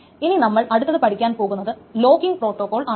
ഇനി നമ്മൾ അടുത്തത് പഠിക്കാൻ പോകുന്നത് ലോക്കിംഗ് പ്രോട്ടോകോൾ ആണ്